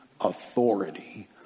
authority